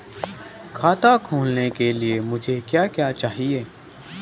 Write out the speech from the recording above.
खाता खोलने के लिए मुझे क्या क्या चाहिए?